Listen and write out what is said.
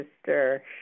Sister